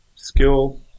Skill